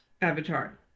avatar